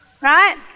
Right